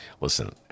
Listen